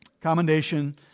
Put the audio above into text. Commendation